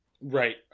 Right